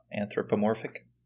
anthropomorphic